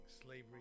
Slavery